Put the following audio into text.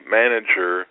manager